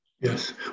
Yes